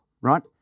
right